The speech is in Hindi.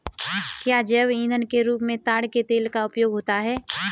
क्या जैव ईंधन के रूप में ताड़ के तेल का उपयोग होता है?